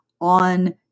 on